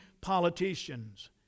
politicians